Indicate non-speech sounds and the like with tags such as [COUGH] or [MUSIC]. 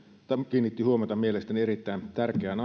kiinnitti huomiota mielestäni erittäin tärkeään [UNINTELLIGIBLE]